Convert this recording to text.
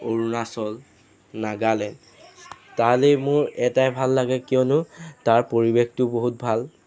অৰুণাচল নাগালেণ্ড তালে মোৰ এটাই ভাল লাগে কিয়নো তাৰ পৰিৱেশটো বহুত ভাল